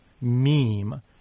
meme